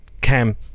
Cam